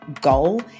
goal